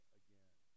again